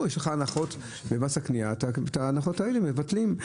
שיש הנחות במס הקניה ואת ההנחות האלה מבטלים.